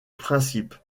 principe